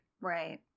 Right